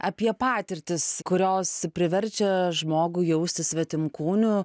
apie patirtis kurios priverčia žmogų jaustis svetimkūniu